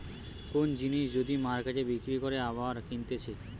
কোন জিনিস যদি মার্কেটে বিক্রি করে আবার কিনতেছে